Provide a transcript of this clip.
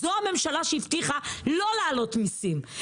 זאת ממשלה שהבטיחה לא להעלות מיסים,